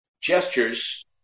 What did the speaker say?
gestures